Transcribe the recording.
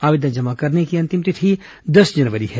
आवेदन जमा करने की अंतिम तिथि दस जनवरी है